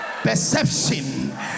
Perception